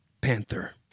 panther